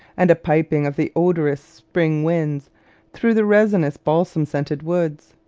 and a piping of the odorous spring winds through the resinous balsam-scented woods.